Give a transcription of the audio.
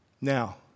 Now